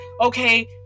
okay